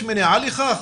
יש מניעה לכך?